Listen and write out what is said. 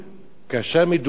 כאשר מדובר,